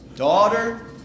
daughter